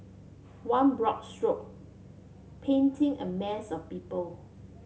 one broad stroke painting a mass of people